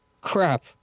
crap